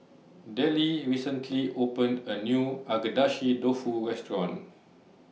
Dellie recently opened A New Agedashi Dofu Restaurant